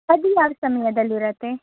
ಅದು ಯಾವ ಸಮಯದಲ್ಲಿ ಇರತ್ತೆ